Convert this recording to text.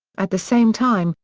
at the same time,